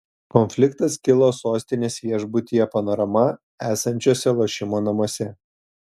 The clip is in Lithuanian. konfliktas kilo sostinės viešbutyje panorama esančiuose lošimo namuose